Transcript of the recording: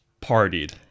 partied